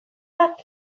bat